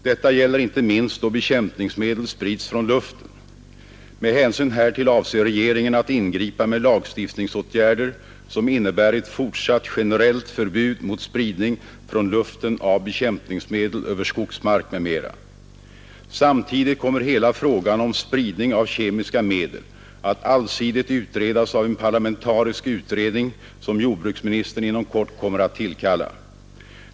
Detta gäller inte minst då bekämpningsmedel sprids från luften. Med hänsyn härtill avser regeringen att ingripa med lagstiftningsåtgärder som innebär ett fortsatt generellt förbud mot spridning från luften av bekämpningsmedel över skogsmark m.m. Samtidigt kommer hela frågan om spridning av kemiska medel att allsidigt utredas av en parlamentarisk utredning som jordbruksministern inom kort kommer att tillkalla.